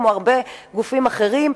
כמו הרבה גופים אחרים,